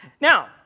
Now